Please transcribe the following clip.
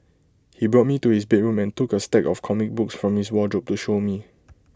he brought me to his bedroom and took A stack of comic books from his wardrobe to show me